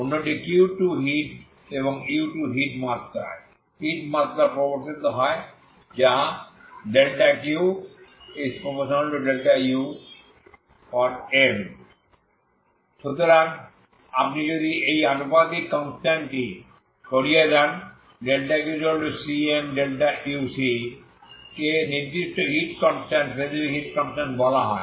অন্যটি Q2 heat এবং u2 heat মাত্রায় হিট মাত্রা পরিবর্তিত হয় যা ∆Q∝∆um সুতরাং আপনি যদি এই আনুপাতিক কনস্ট্যান্ট টি সরিয়ে দেন ∆Qcm∆uc কে নির্দিষ্ট হিট কনস্ট্যান্ট বলা হয়